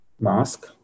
mask